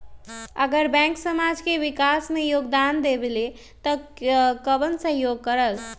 अगर बैंक समाज के विकास मे योगदान देबले त कबन सहयोग करल?